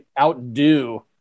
outdo